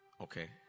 Okay